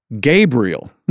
Gabriel